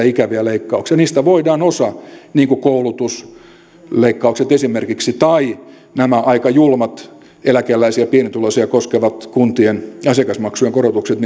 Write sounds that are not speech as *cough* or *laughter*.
*unintelligible* ikäviä leikkauksianne osaa niistä niin kuin koulutusleikkaukset esimerkiksi tai nämä aika julmat eläkeläisiä ja pienituloisia koskevat kuntien asiakasmaksujen korotukset *unintelligible*